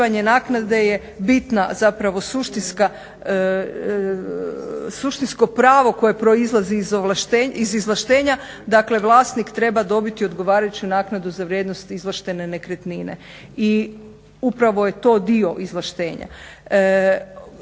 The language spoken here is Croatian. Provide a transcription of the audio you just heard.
naknade je bitna zapravo suštinsko pravo koje proizlazi iz izvlaštenja, dakle vlasnik treba dobiti odgovarajuću naknadu za vrijednost izvlaštene nekretnine. I upravo je to dio izvlaštenja.